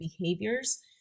behaviors